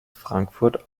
frankfurt